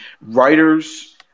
writers